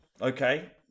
Okay